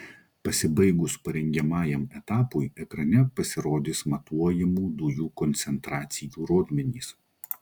pasibaigus parengiamajam etapui ekrane pasirodys matuojamų dujų koncentracijų rodmenys